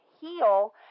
heal